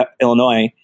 Illinois